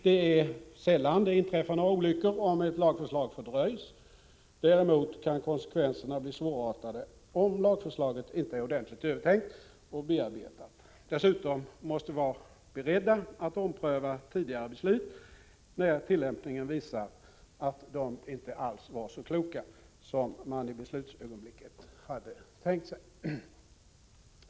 Det är sällan det inträffar några olyckor om ett lagförslag fördröjs. Däremot kan konsekvenserna bli svårartade om lagförslaget inte är ordentligt övertänkt och bearbetat. Dessutom måste vi vara beredda att ompröva tidigare beslut, när tillämpningen visar att de inte alls var så kloka som man i beslutsögonblicket hade tänkt sig.